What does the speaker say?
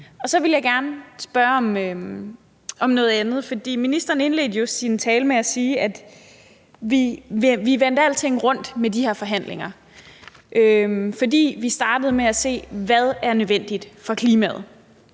Så vil jeg gerne spørge om noget andet. Ministeren indledte jo sin tale med at sige, at vi vendte alting rundt med de her forhandlinger, fordi vi startede med at se på, hvad der er nødvendigt for klimaet.